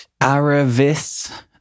Aravis